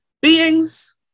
beings